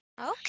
Okay